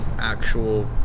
actual